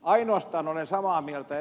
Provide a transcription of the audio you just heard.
ainoastaan olen samaa mieltä ed